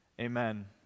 Amen